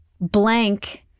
Blank